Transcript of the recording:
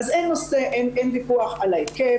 אז אין ויכוח על ההיקף,